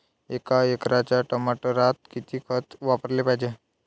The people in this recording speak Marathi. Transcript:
एका एकराच्या टमाटरात किती खत वापराले पायजे?